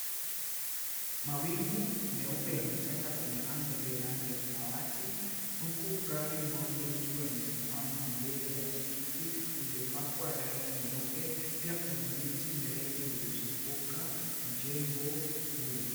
Mawingu meupe yametanda kwenye anga iliyorangi ya samawati huku gari moja ikiwa imesimama mbele ya msikiti uliopakwa rangi nyeupe pia kuna miti mirefu ilyozunguka mjengo huu.